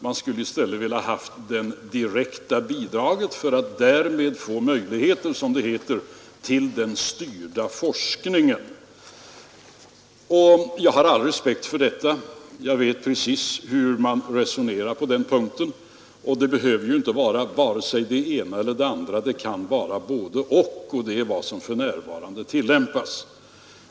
Man skulle i stället ha velat ha det direkta bidraget för att därmed få möjligheten, som det heter, till den styrda forskningen. Jag har all respekt för detta. Jag vet precis hur man resonerar på den punkten. Men det behöver ju inte vara det ena eller det andra, det kan vara både-och, och det är vad som för närvarande tillämpas.